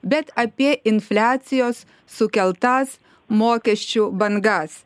bet apie infliacijos sukeltas mokesčių bangas